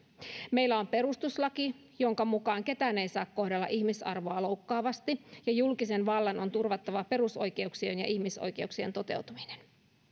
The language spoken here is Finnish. meillä on perustuslaki jonka mukaan ketään ei saa kohdella ihmisarvoa loukkaavasti ja julkisen vallan on turvattava perusoikeuksien ja ihmisoikeuksien toteutuminen